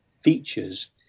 features